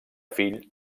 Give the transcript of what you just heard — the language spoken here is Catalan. fill